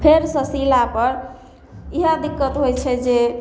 फेरसँ सिलापर इएह दिक्कत होइ छै जे